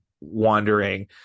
wandering